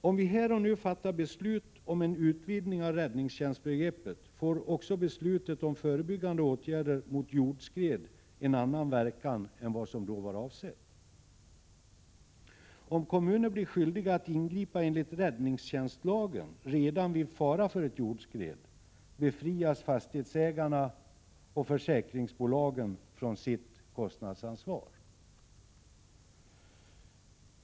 Om vi här och nu fattar beslut om en utvidgning av räddningstjänstbegreppet får också beslutet om förebyggande åtgärder mot jordskred en annan verkan än vad som var avsett. Om kommuner blir skyldiga att ingripa enligt räddningstjänstlagen redan vid fara för ett jordskred, befrias fastighetsägarna och försäkringsbolagen från sitt kostnadsansvar.